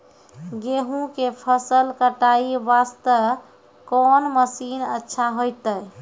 गेहूँ के फसल कटाई वास्ते कोंन मसीन अच्छा होइतै?